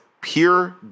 pure